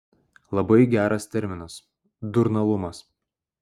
labai geras terminas durnalumas